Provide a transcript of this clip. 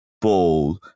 ball